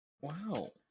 Wow